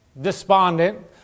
despondent